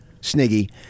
Sniggy